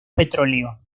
petróleo